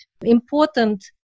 important